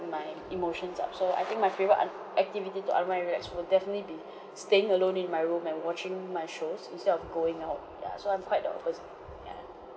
my emotions up so I think my favourite un~ activity to unwind and relax will definitely be staying alone in my room and watching my shows instead of going out ya so I'm quite the opposite ya